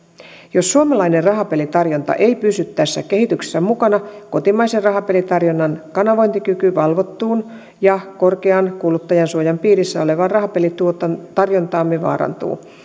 jos suomalainen rahapelitarjonta ei pysy tässä kehityksessä mukana kotimaisen rahapelitarjonnan kanavointikyky valvottuun ja korkean kuluttajansuojan piirissä olevaan rahapelitarjontaamme vaarantuu